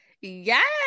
Yes